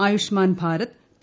Ayush മാൻ Bharat P